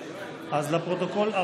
אז לפרוטוקול,